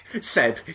Seb